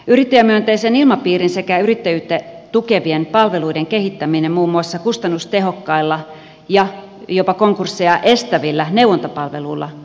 yrittäjämyönteisen ilmapiirin sekä yrittäjyyttä tukevien palveluiden kehittäminen muun muassa kustannustehokkailla ja jopa konkursseja estävillä neuvontapalveluilla on elintärkeää